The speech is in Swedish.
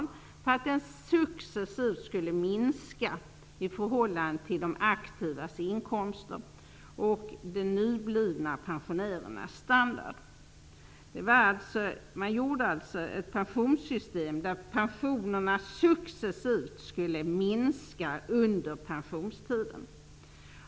Sedan skulle pensionen successivt minska i förhållande till de aktivas inkomster och de nyblivna pensionärernas standard. Man åstadkom alltså ett pensionssystem där pensionerna successivt skulle minska under pensionstiden.